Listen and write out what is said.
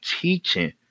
teaching